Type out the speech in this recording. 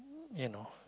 you know